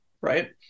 right